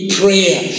prayer